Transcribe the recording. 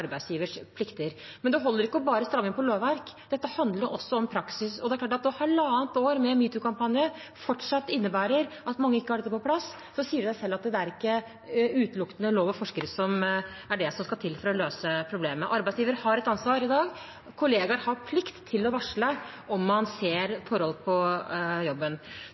arbeidsgivers plikter. Men det holder ikke bare å stramme inn lovverket. Dette handler også om praksis, og det er klart at når halvannet år med metoo-kampanje fortsatt innebærer at mange ikke har dette på plass, sier det seg selv at det ikke utelukkende er lov og forskrift som skal til for å løse problemet. Arbeidsgivere har et ansvar i dag. Kollegaer har plikt til å varsle om man ser forhold på jobben.